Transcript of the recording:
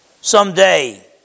someday